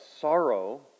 sorrow